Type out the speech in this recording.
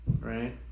right